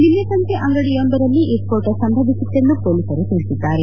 ನಿನ್ನೆ ಸಂಜೆ ಅಂಗಡಿಯೊಂದರಲ್ಲಿ ಈ ಸ್ಪೋಟ ಸಂಭವಿಸಿತ್ತೆಂದು ಮೊಲೀಸರು ತಿಳಿಸಿದ್ದಾರೆ